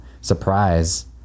surprise